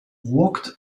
walked